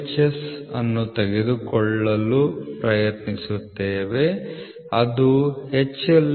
S ಅನ್ನು ತೆಗೆದುಕೊಳ್ಳಲು ಪ್ರಯತ್ನಿಸುತ್ತೇವೆ ಅದು HLS ಮೈನಸ್ ಅನುಮತಿ ಇದು 38